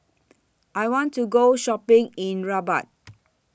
I want to Go Shopping in Rabat